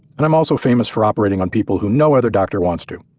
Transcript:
and i'm also famous for operating on people who no other doctor wants to.